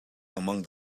among